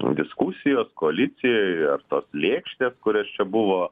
diskusijos koalicijoj ar tos lėkštės kurias čia buvo